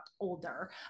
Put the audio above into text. older